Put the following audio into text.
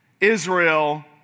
Israel